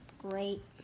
great